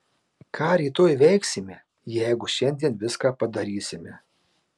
ką rytoj veiksime jeigu šiandien viską padarysime